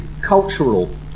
cultural